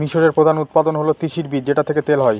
মিশরের প্রধান উৎপাদন হল তিসির বীজ যেটা থেকে তেল হয়